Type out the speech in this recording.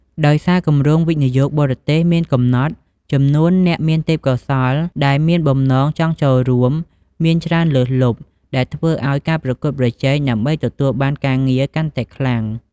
ដោយសារគម្រោងវិនិយោគបរទេសមានកំណត់ ចំនួនអ្នកមានទេពកោសល្យដែលមានបំណងចង់ចូលរួមមានច្រើនលើសលប់ ដែលធ្វើឱ្យការប្រកួតប្រជែងដើម្បីទទួលបានការងារកាន់តែខ្លាំង។